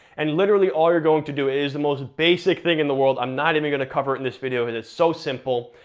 and literally all you're going to do is the most basic thing in the world, i'm not even gonna cover it in this video, it is so simple,